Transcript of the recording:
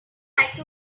like